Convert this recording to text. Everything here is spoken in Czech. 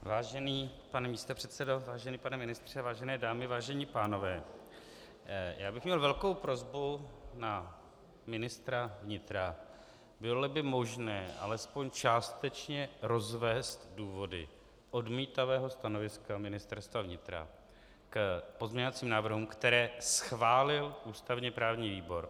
Vážený pane místopředsedo, vážený pane ministře, vážené dámy, vážení pánové, já bych měl velkou prosbu na ministra vnitra, byloli by možné alespoň částečně rozvést důvody odmítavého stanoviska Ministerstva vnitra k pozměňovacím návrhům, které schválil ústavněprávní výbor.